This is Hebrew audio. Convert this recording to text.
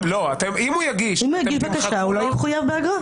אם הוא יגיש בקשה, הוא לא יחויב באגרה.